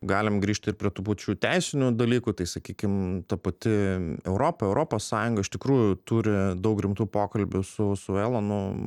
galim grįžt ir prie tų pačių teisinių dalykų tai sakykim ta pati europa europos sąjunga iš tikrųjų turi daug rimtų pokalbių su su elonu